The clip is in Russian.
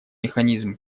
механизм